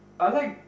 I like